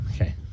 okay